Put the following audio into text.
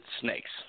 snakes